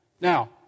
Now